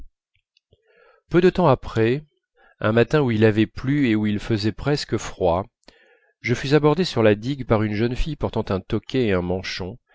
peu de temps après un matin où il avait plu et où il faisait presque froid je fus abordé sur la digue par une jeune fille portant un toquet et un manchon